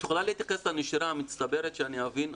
את יכולה להתייחס לנשירה המצטברת, שאני אבין?